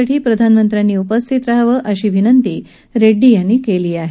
शपथविधीसाठी प्रधानमंत्र्यांनी उपस्थित रहावं अशी विनंती रेङ्डी यांनी केली आहे